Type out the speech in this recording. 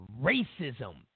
racism